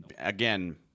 again